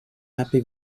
happy